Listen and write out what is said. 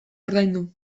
ordaindu